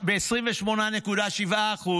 ב-28.7%,